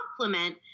complement